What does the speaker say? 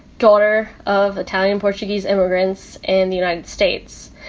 daughter of italian-portuguese immigrants in the united states.